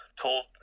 told